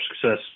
success